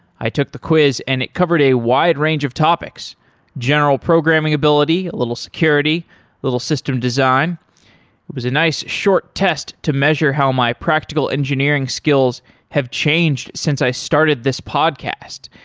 i took the quiz and it covered a wide range of topics general programming ability, a little security, a little system design. it was a nice short test to measure how my practical engineering skills have changed since i started this podcast.